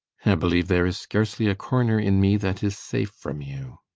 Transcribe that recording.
believe there is scarcely a corner in me that is safe from you.